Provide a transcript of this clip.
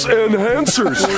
enhancers